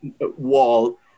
wall